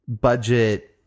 budget